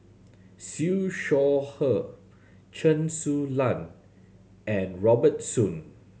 Siew Shaw Her Chen Su Lan and Robert Soon